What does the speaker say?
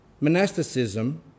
monasticism